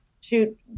shoot